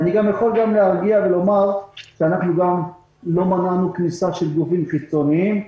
אני גם יכול להרגיע ולומר שאנחנו גם לא מנענו כניסה של גופים חיצוניים.